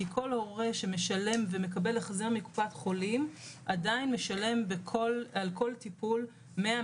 כי כל הורה שמשלם ומקבל החזר מקופת חולים עדיין משלם על כל טיפול 100,